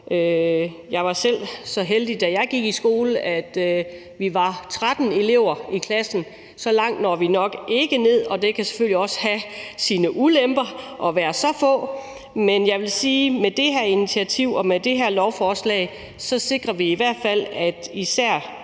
Jeg var selv så heldig, da jeg gik i skole, at vi var 13 elever i klassen. Så langt når vi nok ikke ned, og det kan selvfølgelig også have sine ulemper at være så få. Men jeg vil sige, at med det her lovforslag sikrer vi i hvert fald, at man